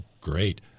Great